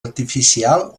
artificial